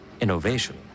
innovation